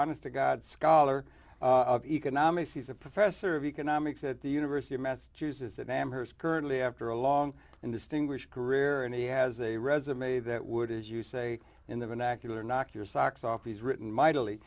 honest to god scholar of economics he's a professor of economics at the university of massachusetts at amherst currently after a long and distinguished career and he has a resume that would as you say in the vernacular knock your socks off he's written mightily